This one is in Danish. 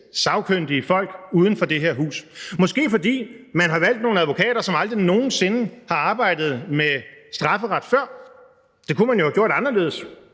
sagkyndige folk uden for det her hus, måske fordi man har valgt nogle advokater, som aldrig nogen sinde har arbejdet med strafferet før. Det kunne man jo have gjort anderledes.